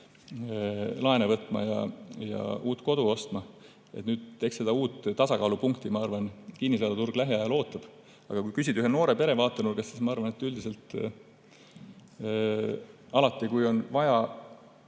laene võtma ja uut kodu ostma. Eks seda uut tasakaalupunkti, ma arvan, kinnisvaraturg lähiajal ootab. Aga kui küsida ühe noore pere vaatenurgast, siis ma arvan, et üldiselt alati, kui on vaja